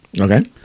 okay